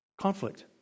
conflict